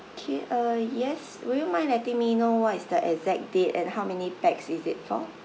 okay uh yes would you mind letting me know what is the exact date and how many pax is it for